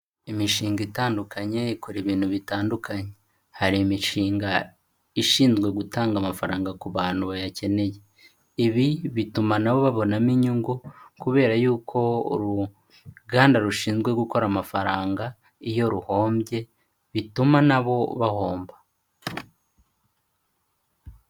Imishinga itandukanye, ikora ibintu bitandukanye. Hari imishinga ishinzwe gutanga amafaranga ku bantu bayakeneye. Ibi bituma na bo babonamo inyungu kubera yuko uruganda rushinzwe gukora amafaranga, iyo ruhombye, bituma na bo bahomba.